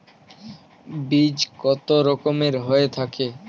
বীজ কত রকমের হয়ে থাকে?